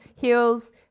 heels